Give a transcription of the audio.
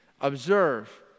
Observe